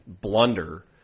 blunder